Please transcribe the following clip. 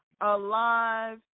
alive